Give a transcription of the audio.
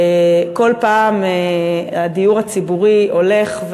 כל פעם הדיור הציבורי הולך,